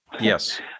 Yes